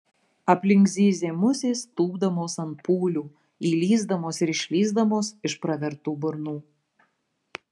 aplink zyzė musės tūpdamos ant pūlių įlįsdamos ir išlįsdamos iš pravertų burnų